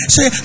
Say